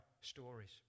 stories